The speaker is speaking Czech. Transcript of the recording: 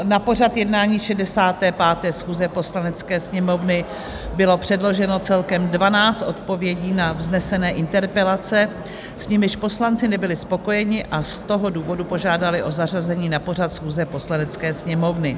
Na pořad jednání 65. schůze Poslanecké sněmovny bylo předloženo celkem 12 odpovědí na vznesené interpelace, s nimiž poslanci nebyli spokojeni, a z toho důvodu požádali o zařazení na pořad schůze Poslanecké sněmovny.